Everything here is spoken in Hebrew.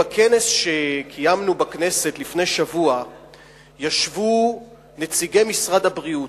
בכנס שקיימנו בכנסת לפני שבוע ישבו נציגי משרד הבריאות,